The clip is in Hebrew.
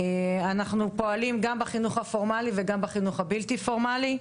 אנחנו פועלים גם בחינוך הפורמלי וגם בחינוך הבלתי פורמלי.